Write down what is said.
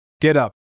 get-up